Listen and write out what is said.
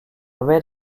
red